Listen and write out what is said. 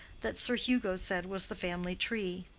that sir hugo said was the family tree.